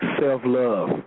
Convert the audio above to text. self-love